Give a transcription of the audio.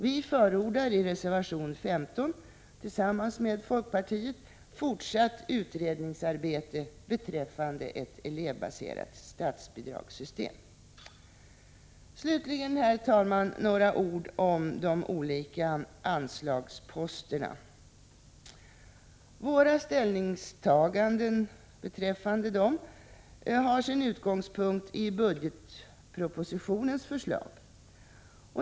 Vi förordar i reservation 15 tillsammans med folkpartiet ett fortsatt utredningsarbete beträffande ett elevbaserat statsbidragssystem. Slutligen, herr talman, några ord om de olika anslagsposterna. Våra ställningstaganden härvidlag har sin utgångspunkt i budgetpropositionens förslag.